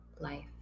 life